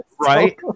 right